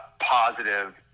positive